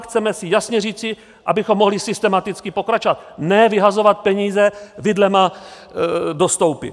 Chceme si jasně říci, abychom mohli systematicky pokračovat, ne vyhazovat peníze vidlema do stoupy.